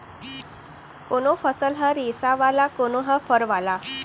कोनो फसल ह रेसा वाला, कोनो ह फर वाला